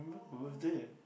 my birthday